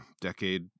decade